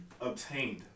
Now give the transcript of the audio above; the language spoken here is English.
obtained